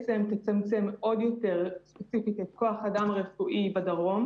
שתצמצם עוד יותר את כוח האדם הרפואי בדרום.